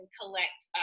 collect